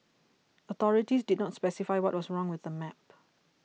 authorities did not specify what was wrong with the map